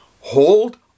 hold